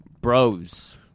bros